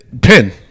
pin